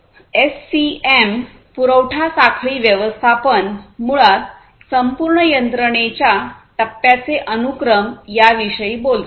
SCM पुरवठा साखळी व्यवस्थापन मुळात संपूर्ण यंत्रणेच्या टप्प्यांचे अनुक्रम याविषयी बोलते